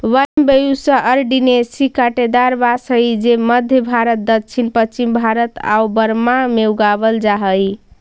Bambusa अरंडिनेसी काँटेदार बाँस हइ जे मध्म भारत, दक्षिण पश्चिम भारत आउ बर्मा में उगावल जा हइ